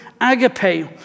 agape